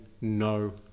No